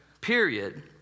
period